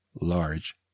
large